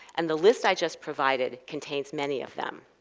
and the list i just provided contains many of them.